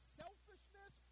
selfishness